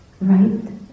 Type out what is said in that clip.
right